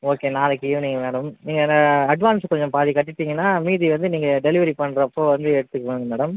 okay நாளைக்கு evening madam நீங்கள் advance கொஞ்சம் பாதி கட்டிட்டீங்கன்னால் மீதி வந்து நீங்கள் டெலிவரி பண்ணுறப்போ வந்து எடுத்துக்குவோங்க மேடம்